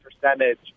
percentage